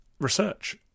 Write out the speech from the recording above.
research